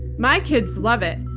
my kids love it.